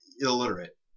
illiterate